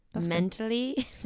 mentally